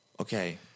okay